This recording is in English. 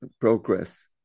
progress